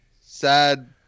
sad